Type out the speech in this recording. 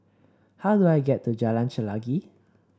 how do I get to Jalan Chelagi